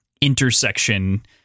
intersection